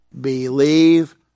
Believe